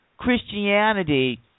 christianity